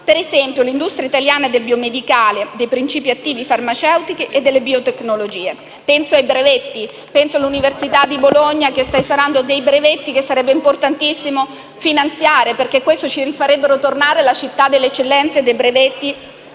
per esempio, l'industria italiana del biomedicale, dei principi attivi farmaceutici e delle biotecnologie. Penso all'università di Bologna che sta studiando dei brevetti che sarebbe importantissimo finanziare, perché questo la farebbe tornare ad essere città dell'eccellenza, dei brevetti